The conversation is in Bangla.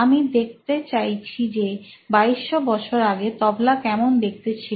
আমি দেখতে চাইছি যে 2200 বছর আগে তবলা কেমন দেখতে ছিল